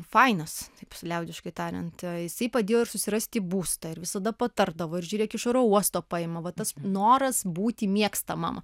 fainas taip liaudiškai tariant jisai padėjo ir susirasti būstą ir visada patardavo ir žiūrėk iš oro uosto paima va tas noras būti mėgstamam